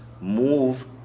move